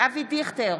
אבי דיכטר,